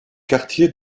quartiers